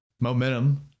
momentum